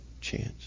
chance